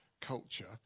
culture